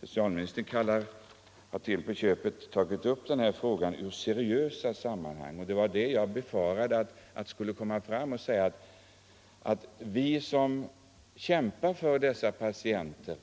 Socialministern har till på köpet talat om ”seriösa sammanhang” — jag befarade nästan att få höra att vi som kämpat för dessa preparat inte